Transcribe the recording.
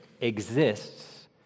exists